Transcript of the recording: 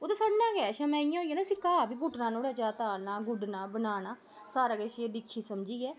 ओह् ते सड़ना गै शमें इ'यां होई जाना इसी घाऽ बी पुट्टना नुआढ़ा जां तालना गुढना बनाना सारा किश दिक्खी समझियै